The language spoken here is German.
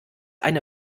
eine